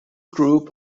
group